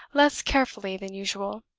less carefully than usual.